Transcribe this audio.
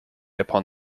upon